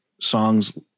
songs